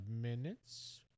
minutes